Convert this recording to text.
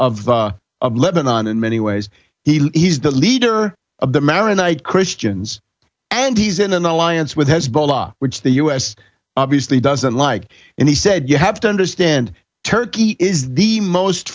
gaulle of lebanon in many ways he's the leader of the maronite christians and he's in an alliance with hezbollah which the u s obviously doesn't like and he said you have to understand turkey is the most